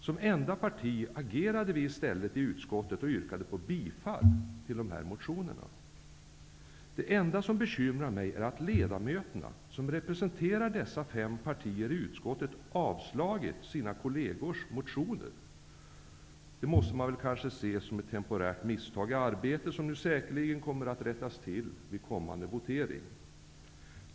Som enda parti agerade vi i stället i utskottet och yrkade på bifall till dessa motioner. Det enda som bekymrar mig är att ledamöterna som representerar dessa fem partier i utskottet avstyrkt sina kollegers motioner. Det måste man väl se som ett temporärt misstag i arbetet, som säkerligen kommer att rättas till vid kommande votering.